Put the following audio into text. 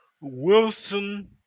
Wilson